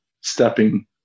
stepping